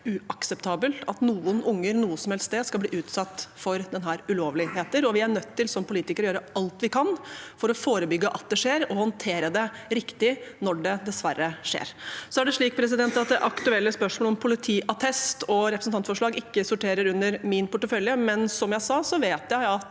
sted, skal bli utsatt for slike ulovligheter. Vi er nødt til som politikere å gjøre alt vi kan for å forebygge at det skjer, og håndtere det riktig når det dessverre skjer. Det aktuelle spørsmålet om politiattest og representantforslag sorterer ikke under min portefølje, men som jeg sa, vet jeg at